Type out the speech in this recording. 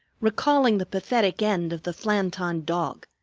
recalling the pathetic end of the flanton dog,